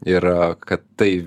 ir kad tai